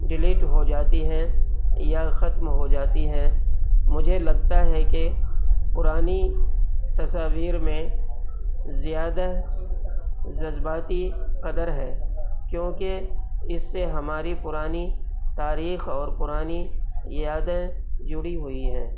delete ہو جاتی ہیں یا ختم ہو جاتی ہیں مجھے لگتا ہے کہ پرانی تصاویر میں زیادہ جذباتی قدر ہے کیوں کہ اس سے ہماری پرانی تاریخ اور پرانی یادیں جڑی ہوئی ہیں